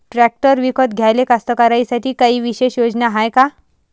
Tractor विकत घ्याले कास्तकाराइसाठी कायी विशेष योजना हाय का?